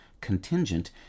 contingent